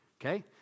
Okay